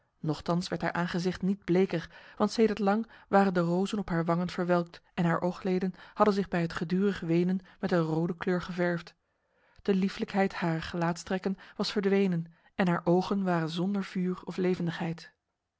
nochtans werd haar aangezicht niet bleker want sedert lang waren de rozen op haar wangen verwelkt en haar oogleden hadden zich bij het gedurig wenen met een rode kleur geverfd de lieflijkheid harer gelaatstrekken was verdwenen en haar ogen waren zonder vuur of levendigheid